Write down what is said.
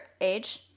age